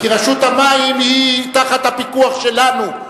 כי רשות המים היא תחת הפיקוח שלנו,